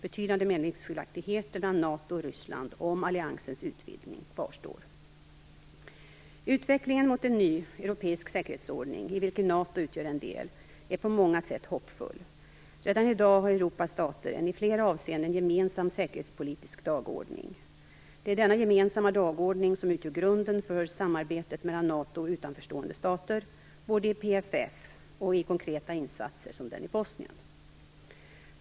Betydande meningsskiljaktigheter mellan NATO och Ryssland om alliansens utvidgning kvarstår. Utvecklingen mot en ny europeisk säkerhetsordning, i vilken NATO utgör en del, är på många sätt hoppfull. Redan i dag har Europas stater en i flera avseenden gemensam säkerhetspolitisk dagordning. Det är denna gemensamma dagordning som utgör grunden för samarbetet mellan NATO och utanförstående stater, både i PFF och i konkreta insatser, som den i Bosnien.